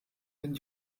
den